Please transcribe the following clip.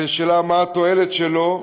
בשאלה מה התועלת שלו,